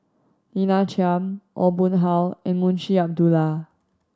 Lina Chiam Aw Boon Haw and Munshi Abdullah